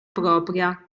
propria